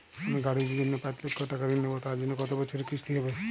আমি গাড়ির জন্য পাঁচ লক্ষ টাকা ঋণ নেবো তার জন্য কতো বছরের কিস্তি হবে?